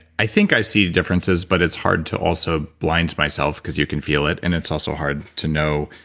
i think i see the differences, but it's hard to also blind myself, because you can feel it, and it's also hard to know,